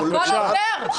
הכול עובר?